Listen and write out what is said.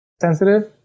sensitive